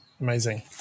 amazing